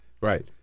Right